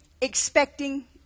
expecting